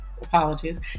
apologies